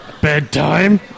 Bedtime